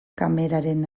kameraren